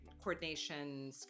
coordination